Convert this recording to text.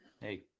Hey